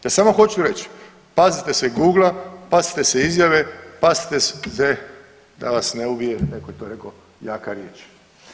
Ja samo hoću reći pazite se Google-a, pazite se izjave, pazite se da vas ne ubije, netko je to rekao jaka riječ.